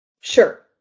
sure